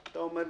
אתה אומר: